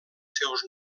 seus